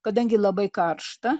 kadangi labai karšta